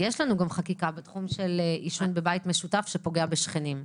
יש לנו גם חקיקה בתחום של עישון בבית משותף שפוגע בשכנים.